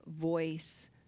voice